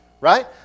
Right